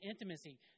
intimacy